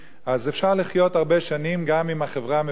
גם אם החברה מפוצלת ומשוסעת כפי שהיא היום.